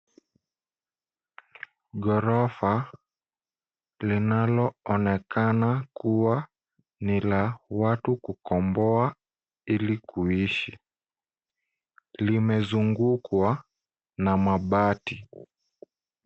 Ghorofa, linaloonekana kuwa ni la watu kukomboa ili kuishi. Limezungukwa na mabati.